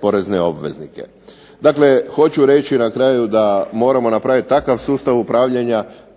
porezne obveznike. Dakle, hoću reći na kraju da moramo napraviti takav sustav upravljanja